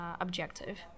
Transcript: objective